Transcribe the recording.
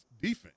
defense